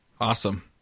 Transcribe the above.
Awesome